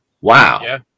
Wow